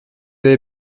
avez